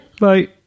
Bye